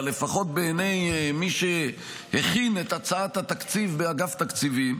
אבל לפחות בעיניי מי שהכין את הצעת התקציב באגף תקציבים,